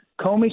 Comey